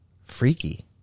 freaky